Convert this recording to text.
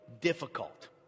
difficult